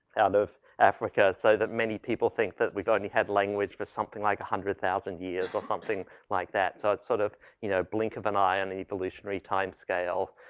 out of africa. so that many people think that we've only had language for something like a one hundred thousand years or something like that. so that's sort of you know blink of an eye on the evolutionary timescale.